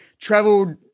traveled